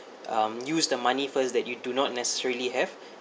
um use the money first that you do not necessarily have